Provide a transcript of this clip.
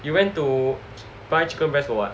you went to buy chicken breast for what